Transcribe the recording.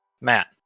Matt